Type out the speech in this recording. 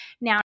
now